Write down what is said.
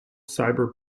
cyber